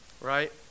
right